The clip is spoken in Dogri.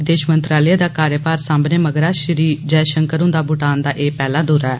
विदेष मंत्रालय दा कार्यवार सामने मगरा श्री जयषंकर हुन्दा भुटान दा एह पैहला दौरा ऐ